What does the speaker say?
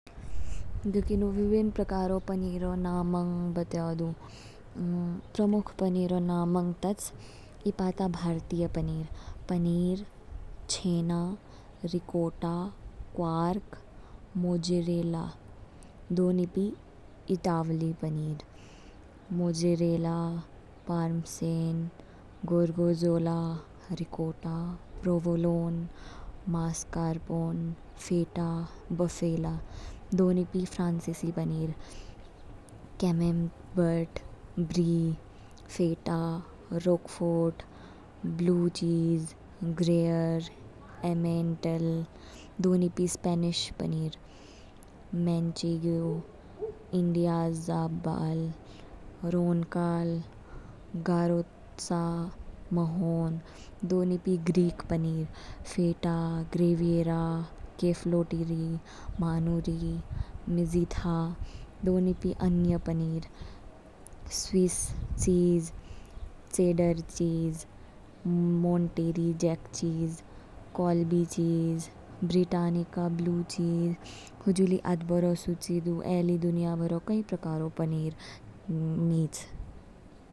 ग किनु विभिन्न प्रकारऊ पनीरौ नामाङ बातयोदु। प्रमुख पनीरौ नामाङ तौच इपा ता भारतीय paneer paneer, chhena, ricotta, quark, mozzarella. दौ निपी इतालवी paneer, mozzarella, parmesan, gorgonzola, ricotta, provolone, mascarpone, feta, buffalo. दौ निपी फ्रांसीसी paneer camembert, brie, feta, roquefort, blue cheese, gruyere, emmental. दौ निपी Spanish paneer, manchego, idiazabal, roncal, garrotxa, mahon. दौ निपी Greek paneer, feta, graviera, kefalotyri, manouri, mizithra. दौ निपी अन्य पनीर, स्विस चीज़, चेडर चीज़, monterey jack cheese, colby cheese, britannica blue cheese. हुजु ली आदबोरो सूचि दू, ए ली दुनिया भरो कई प्रकारऔ पनीर निच।